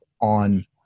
on